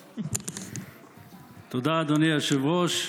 תודה, אדוני היושב-ראש.